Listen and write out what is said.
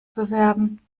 bewerben